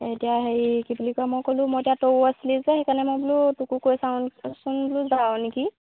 এতিয়া হেৰি কি বুলি কয় মই ক'লোঁ মই এতিয়া তইও আছিলি যে সেইকাৰণে মই বোলো তোকো কৈ চাওঁচোন বোলো যাৱ নেকি